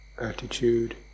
attitude